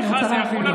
אני רוצה להבין.